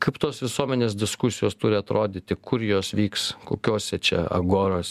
kaip tos visuomenės diskusijos turi atrodyti kur jos vyks kokiose čia agoros